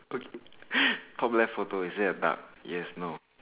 okay top left photo is there a duck yes no